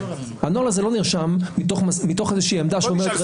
הנוהל הזה לא נרשם מתוך איזושהי עמדה שאומרת,